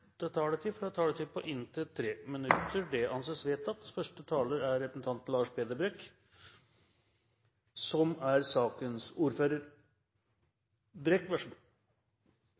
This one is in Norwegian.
den fordelte taletid, får en taletid på inntil 3 minutter. – Det anses vedtatt. Første taler er Tove Karoline Knutsen, som holder sitt innlegg på vegne av Thomas Breen, som er sakens ordfører.